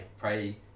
pray